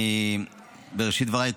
בראשית דבריי,